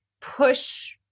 push